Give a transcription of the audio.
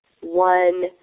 one